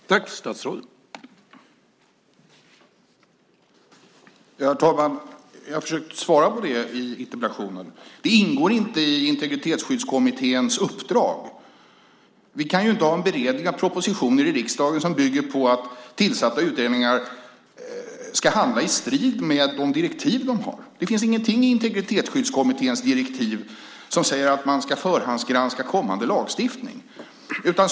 Herr talman! Jag försökte svara på det i interpellationen. Det ingår inte i Integritetsskyddskommitténs uppdrag. Vi kan inte ha beredning av propositioner i riksdagen som bygger på att tillsatta utredningar ska handla i strid med de direktiv de har. Det finns ingenting i Integritetsskyddskommitténs direktiv som säger att man ska förhandsgranska kommande lagstiftning.